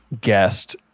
guest